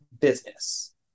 business